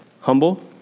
humble